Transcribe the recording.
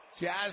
Jazz